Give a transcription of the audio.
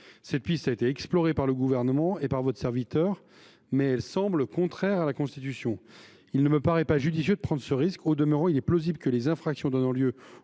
Cette piste a été explorée par le Gouvernement et par votre serviteur, mais elle semble contraire à la Constitution. Il ne me paraît pas judicieux de prendre ce risque. Au demeurant, il est plausible que les infractions donnant lieu au